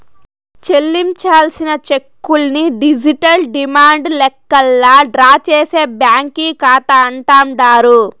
చెల్లించాల్సిన చెక్కుల్ని digital demand లెక్కల్లా డ్రా చేసే బ్యాంకీ కాతా అంటాండారు